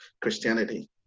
Christianity